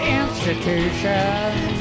institutions